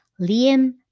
Liam